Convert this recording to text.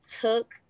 took